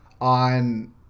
on